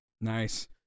Nice